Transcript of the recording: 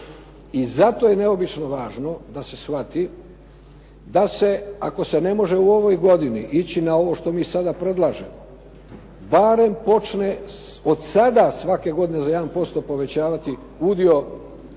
I zato je neobično važno da se shvati da se, ako se ne može u ovoj godini ići na ovo što mi sada predlažemo, barem počne od sada svake godine za 1% povećavati udio